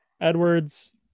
Edwards